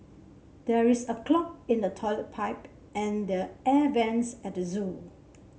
there is a clog in the toilet pipe and the air vents at the zoo